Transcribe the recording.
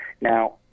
Now